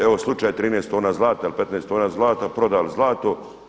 Evo slučaj 13 tona zlata, 15 tona zlata, prodali zlato.